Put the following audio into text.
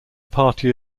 party